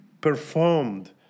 performed